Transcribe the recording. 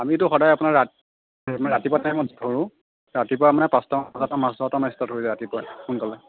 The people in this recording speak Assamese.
আমিটো সদায় আপোনাৰ ৰাতিপুৱা টাইমত ধৰোঁ ৰাতিপুৱা মানে পাঁচটা মানত ৰাতিপুৱাই সোনকালে